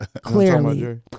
Clearly